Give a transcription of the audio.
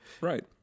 right